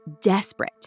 desperate